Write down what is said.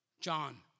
John